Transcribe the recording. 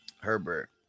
Herbert